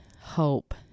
hope